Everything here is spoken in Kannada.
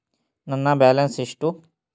ನನ್ನ ಬ್ಯಾಲೆನ್ಸ್ ಎಷ್ಟು?